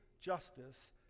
justice